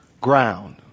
Ground